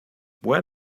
where